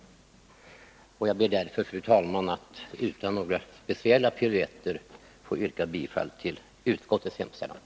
Jag ber, fru talman, att utan några speciella piruetter få yrka bifall till utskottets hemställan.